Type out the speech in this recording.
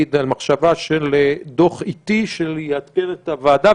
על מחשבה של דוח עיתי שיאתגר את הוועדה,